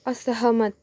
असहमत